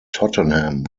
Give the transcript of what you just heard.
tottenham